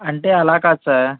అంటే అలా కాద్ సార్